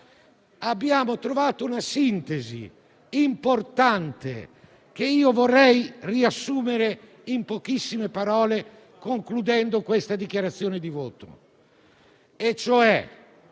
abbiamo trovato una sintesi importante che vorrei riassumere in pochissime parole in conclusione della dichiarazione di voto.